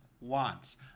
wants